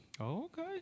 okay